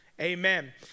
Amen